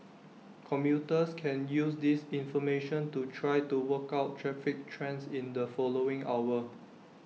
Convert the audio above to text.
commuters can use this information to try to work out traffic trends in the following hour